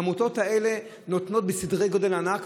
העמותות האלה נותנות בסדר גודל ענק,